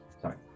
Sorry